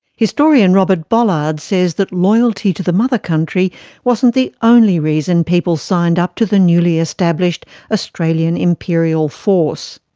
historian robert bollard says that loyalty to the mother country wasn't the only reason people signed up to the newly established australian imperial force.